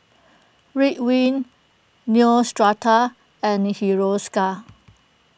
Ridwind Neostrata and Hiruscar